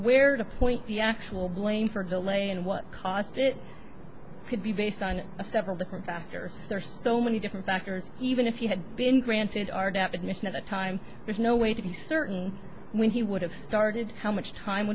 where to point the actual blame for delay and what cost it could be based on a several different factors there are so many different factors even if you had been granted our definition at the time there's no way to be certain when he would have started how much time